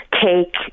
cake